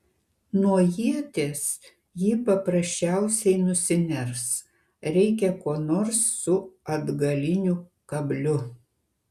nuo ieties ji paprasčiausiai nusiners reikia ko nors su atgaliniu kabliu